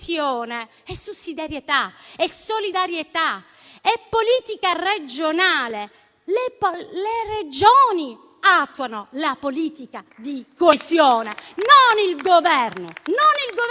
è sussidiarietà, solidarietà e politica regionale. Le Regioni attuano la politica di coesione, non il Governo centrale.